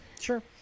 Sure